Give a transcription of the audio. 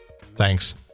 thanks